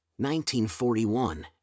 1941